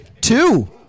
Two